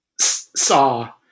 saw